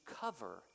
cover